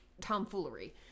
tomfoolery